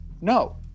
No